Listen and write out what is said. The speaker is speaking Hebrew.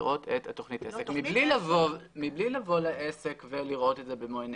לראות את תוכנית העסק מבלי לבוא לעסק ולראות במו עיניהם.